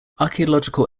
archaeological